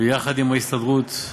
ויחד עם ההסתדרות.